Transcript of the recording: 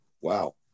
Wow